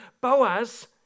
Boaz